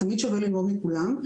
תמיד שווה ללמוד מכולם,